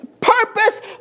purpose